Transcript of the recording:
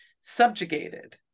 subjugated